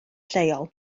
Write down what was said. leol